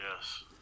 yes